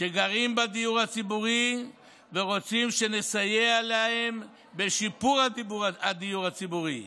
שגרים בדיור הציבורי ורוצים שנסייע להם בשיפור הדיור הציבורי.